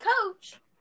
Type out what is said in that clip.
coach